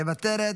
מוותרת,